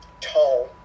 tone